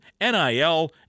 NIL